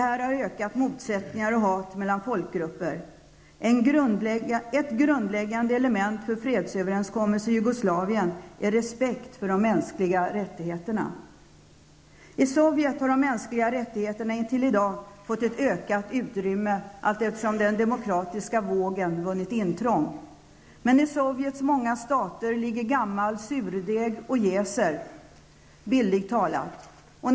Därmed har motsättningarna och hatet folkgrupper emellan ökat. Ett grundläggande element beträffande en fredsöverenskommelse i Jugoslavien är respekten för de mänskliga rättigheterna. I Sovjet har de mänskliga rättigheterna fram till i dag fått ett ökat utrymme allteftersom den demokratiska vågen vunnit inträde. Men i Sovjets många stater ligger, bildligt talat, gammal surdeg och jäser.